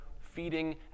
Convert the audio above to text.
feeding